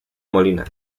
molina